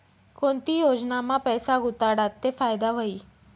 कोणती योजनामा पैसा गुताडात ते फायदा व्हई?